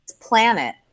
planet